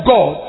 God